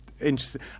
Interesting